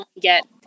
get